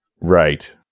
Right